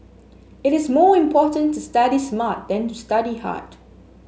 it is more important to study smart than to study hard